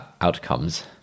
outcomes